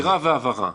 אמירה והבהרה.